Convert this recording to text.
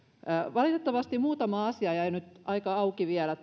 valitettavasti tässä jäi nyt aika auki vielä